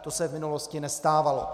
To se v minulosti nestávalo.